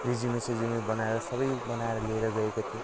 resume सेज्युम बनाएर सबै बनाएर लिएर गएको थिएँ